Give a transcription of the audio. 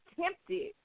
tempted